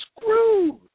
screwed